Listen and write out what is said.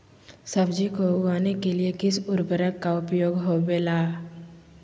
सब्जी को उगाने के लिए किस उर्वरक का उपयोग होबेला?